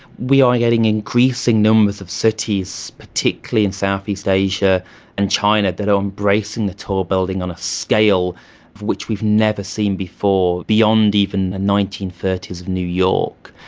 we are getting increasing numbers of cities, particularly in southeast asia and china, that are embracing the tall building on a scale of which we've never seen before, beyond even nineteen thirty s new york.